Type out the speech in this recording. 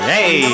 Hey